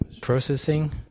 processing